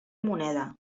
moneda